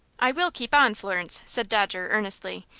i will keep on, florence, said dodger, earnestly.